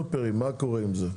לגבי הסופרים, מה קורה עם זה?